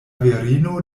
virino